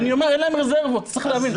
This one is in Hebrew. אני אומר, אין להם רזרבות, צריך להבין,